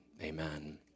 Amen